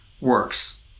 works